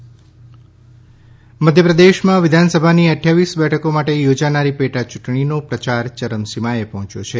મધ્યપ્રદેશ પેટા ચૂંટણી મધ્યપ્રદેશમાં વિધાનસભાની અઠ્યાવીસ બેઠકો માટે યોજાનારી પેટાયૂંટણીનો પ્રયાર યરમસીમાએ પહોંચ્યો છે